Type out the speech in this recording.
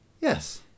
yes